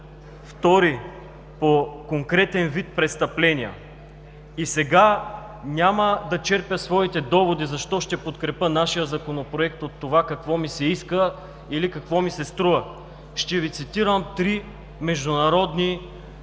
Втори – по конкретен вид престъпления. Сега няма да черпя своите доводи защо ще подкрепя нашия Законопроект от това какво ми се иска или какво ми се струва, а ще Ви цитирам три международни